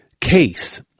case